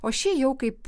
o ši jau kaip